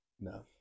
No